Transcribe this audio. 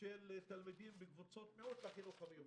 לחינוך המיוחד של תלמידים בקבוצות מיעוט.